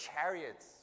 chariots